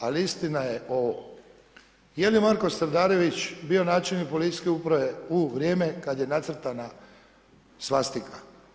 Ali istina je jeli Marko Strdarević bio načelnik policijske uprave u vrijeme kada je nacrtana svastika.